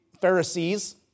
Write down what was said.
Pharisees